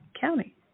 county